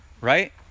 right